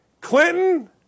Clinton